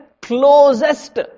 closest